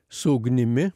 su ugnimi